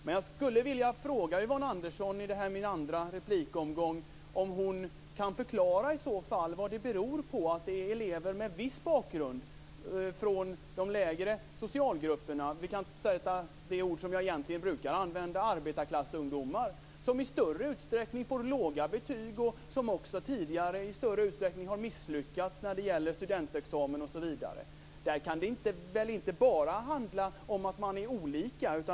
Men jag skulle vilja fråga Yvonne Andersson i denna min andra replik om hon i så fall kan förklara vad det beror på att det är elever med viss bakgrund, från de lägre socialgrupperna, vi kan ta det ord som jag egentligen brukar använda, arbetarklassungdomar, som i större utsträckning får låga betyg och som också tidigare i större utsträckning har misslyckats när det gäller studentexamen osv. Där kan det väl inte bara handla om att man är olika.